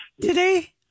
today